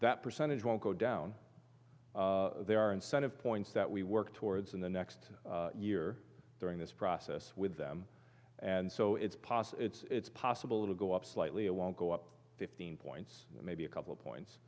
that percentage won't go down there are incentive points that we work towards in the next year during this process with them and so it's possible it's possible to go up slightly it won't go up fifteen points maybe a couple of